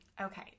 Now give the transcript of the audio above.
Okay